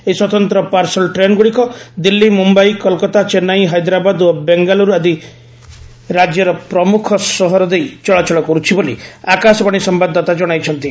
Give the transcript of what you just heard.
ଏହି ସ୍ୱତନ୍ତ ପାର୍ସଲ ଟ୍ରେନଗୁଡିକ ଦିଲ୍ଲୀ ମୁମ୍ବାଇ କୋଲକାତା ଚେନ୍ନାଇ ହାଇଦ୍ରାବାଦ ଓ ବେଙ୍ଗାଲୁର ଆଦି ଦେଶର ପ୍ରମୁଖ ସହର ଦେଇ ଚଳାଚଳ କର୍ରଛି ବୋଲି ଆକାଶବାଣୀ ସମ୍ଭାଦଦାତା ଜଣାଇଛନ୍ତି